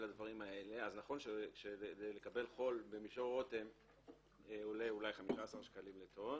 נכון שאולי לקבל חול במישור רותם עולה 15 שקלים לטון,